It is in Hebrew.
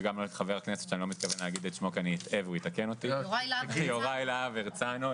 וגם לח"כ יוראי להב הרצנו.